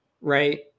right